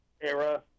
era